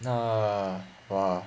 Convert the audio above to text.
ah !wah!